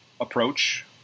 approach